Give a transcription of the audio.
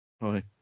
Hi